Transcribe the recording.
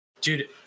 Dude